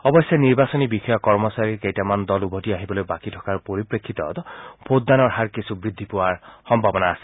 অৱশ্যে নিৰ্বাচনী বিষয়া কৰ্মচাৰীৰ কেইটামান দল উভতি আহিবলৈ বাকী থকাৰ পৰিপ্ৰেক্ষিতত ভোটদানৰ হাৰ কিছু বৃদ্ধি পোৱাৰ সম্ভাৱনা আছে